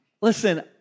Listen